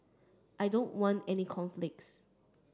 I don't want any conflicts